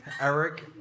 Eric